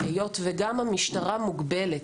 היום וגם המשטרה מוגבלת,